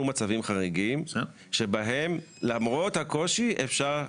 מצבים חריגים שבהם למרות הקושי אפשר.